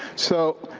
so,